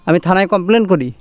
আমি থানায় কমপ্লেন করি